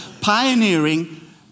pioneering